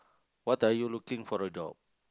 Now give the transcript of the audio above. what are you looking for a job